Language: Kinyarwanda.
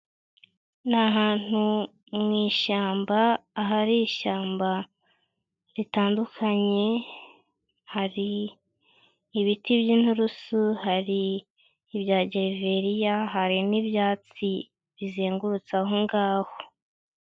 Ni ahantu mu ishyamba, ahari ishyamba ritandukanye, hari ibiti by'inturusu, hari ibya gereveriya, hari n'ibyatsi bizengurutse aho ngaho.